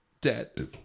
dead